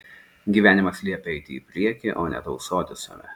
gyvenimas liepia eiti į priekį o ne tausoti save